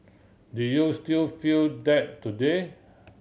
did you still feel that today